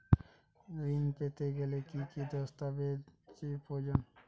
ঋণ পেতে গেলে কি কি দস্তাবেজ প্রয়োজন?